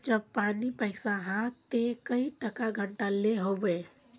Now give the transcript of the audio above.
जब पानी पैसा हाँ ते कई टका घंटा लो होबे?